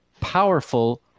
powerful